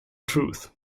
truth